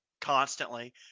constantly